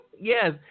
Yes